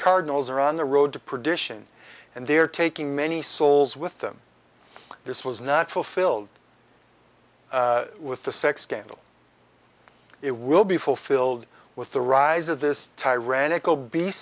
cardinals are on the road to perdition and they are taking many souls with them this was not fulfilled with the sex scandal it will be fulfilled with the rise of this thai radical be